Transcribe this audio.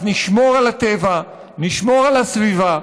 אז נשמור על הטבע, נשמור על הסביבה,